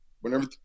whenever